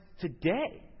today